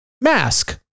mask